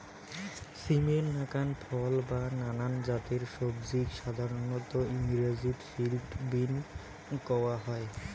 সিমের নাকান ফল বা নানান জাতের সবজিক সাধারণত ইংরাজিত ফিল্ড বীন কওয়া হয়